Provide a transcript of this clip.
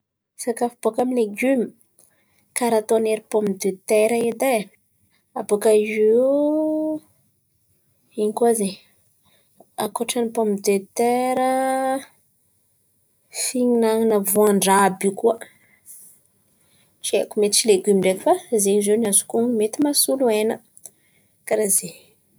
Sakafo bôkà amy ny legioma? Karà ataon̈'ery pome de tera edy ai, abôkà eo ino koa zen̈y? Ankôtran'n̈y pome de tera, fihinan̈ana voan-dràha àby io koa tsy haiko mety tsy legioma ndraiky fa zen̈y ziô no azoko hon̈ono mety mahasolo hena, karà zen̈y.